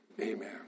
amen